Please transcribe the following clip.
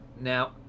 Now